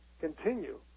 continue